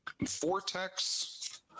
Vortex